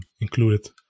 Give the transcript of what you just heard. included